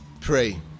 pray